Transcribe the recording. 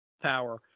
power